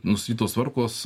nustatytos tvarkos